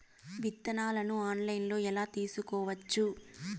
విత్తనాలను ఆన్లైన్లో ఎలా తీసుకోవచ్చు